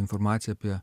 informaciją apie